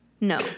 No